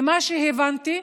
ממה שהבנתי,